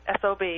SOB